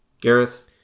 Gareth